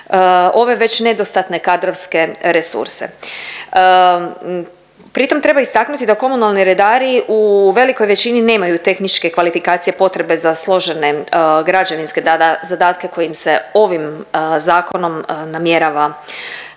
ove već nedostatne kadrovske resurse. Pri tom treba istaknuti da komunalni redari u velikoj većini nemaju tehničke kvalifikacije potrebe za složene građevinske … zadatke koje im se ovim zakonom namjerava